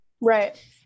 right